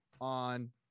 on